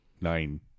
nine